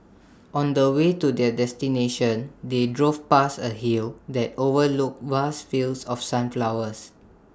on the way to their destination they drove past A hill that overlooked vast fields of sunflowers